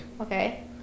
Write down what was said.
Okay